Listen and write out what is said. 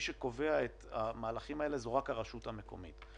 שקובע את המהלכים האלה זאת רק הרשות המקומית.